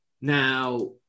Now